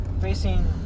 facing